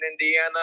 Indiana